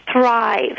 thrive